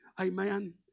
Amen